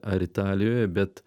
ar italijoje bet